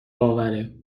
باوره